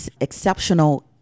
exceptional